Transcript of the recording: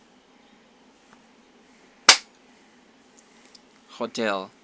hotel